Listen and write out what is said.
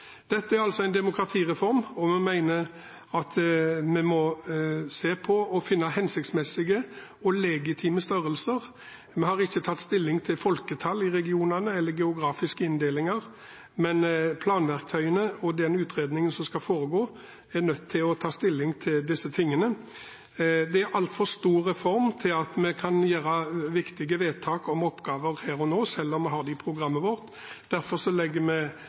Dette er altså en demokratireform, og vi mener at vi må se på og finne hensiktsmessige og legitime størrelser. Vi har ikke tatt stilling til folketall i regionene eller geografiske inndelinger, men planverktøyene og den utredningen som skal foregå, er nødt til å ta stilling til disse tingene. Det er en altfor stor reform til at vi kan gjøre viktige vedtak om oppgaver her og nå, selv om vi har det i programmet vårt. Derfor legger vi